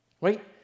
Right